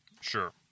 Sure